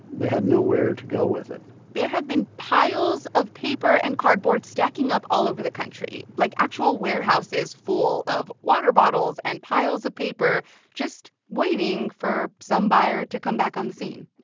they had nowhere to go with it there have been piles of paper and cardboard stacking up all over the country, like actual warehouses full of water bottles and piles of paper just waiting for some buyer to come back on the scene.